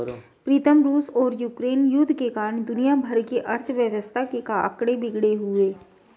प्रीतम रूस और यूक्रेन युद्ध के कारण दुनिया भर की अर्थव्यवस्था के आंकड़े बिगड़े हुए